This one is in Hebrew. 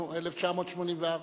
נו, "1984".